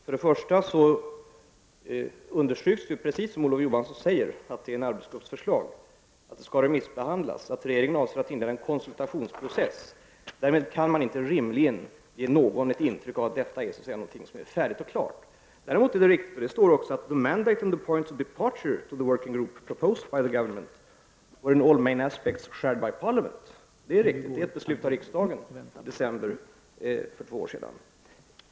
Herr talman! Jag vill understryka att det, precis som Olof Johansson säger, är fråga om en arbetsgrupps förslag, att detta skall remissbehandlas och att regeringen avser att inleda en konsultationsprocess. Därmed kan man inte rimligen ge någon ett intryck av att detta är någonting som är färdigt och klart. Däremot är det, precis som det står, riktigt att: ”The mandate and points of departure to the Working Group proposed by the Government were in all main aspects shared by Parliament.” Det är riktigt, detta beslutades av riksdagen i december för två år sedan.